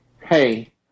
Hey